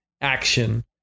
action